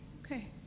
Okay